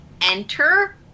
enter